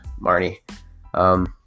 Marnie